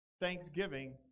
Thanksgiving